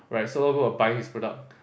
right so a lot of people was buying his product